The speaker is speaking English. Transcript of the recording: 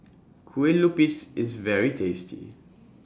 Kueh Lupis IS very tasty